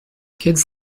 kids